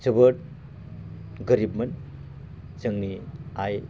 जोबोद गोरिबमोन जोंनि आइ